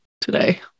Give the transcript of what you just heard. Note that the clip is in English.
today